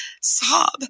sob